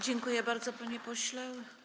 Dziękuję bardzo, panie pośle.